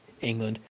England